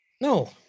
No